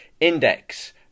index